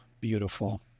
beautiful